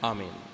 Amen